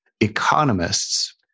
economists